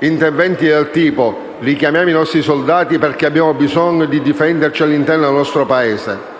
interventi del tipo: «Richiamiamo i nostri soldati, perché abbiamo bisogno di difenderci all'interno del nostro Paese».